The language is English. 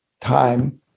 time